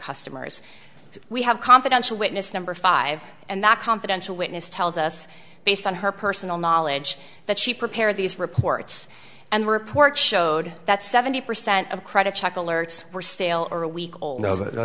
customers so we have confidential witness number five and that confidential witness tells us based on her personal knowledge that she prepared these reports and report showed that seventy percent of credit check alerts were stale or a week old